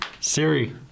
Siri